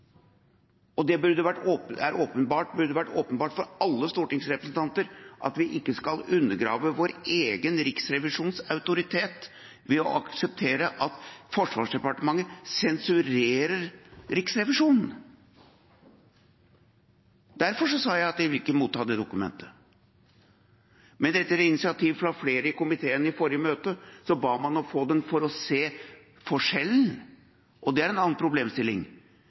gradert. Det burde vært åpenbart for alle stortingsrepresentanter at vi ikke skal undergrave vår egen riksrevisjons autoritet ved å akseptere at Forsvarsdepartementet sensurerer Riksrevisjonen. Derfor sa jeg at jeg vil ikke motta det dokumentet, men etter initiativ fra flere i komiteen i forrige møte ba man om å få den for å se forskjellen, og det er en annen problemstilling.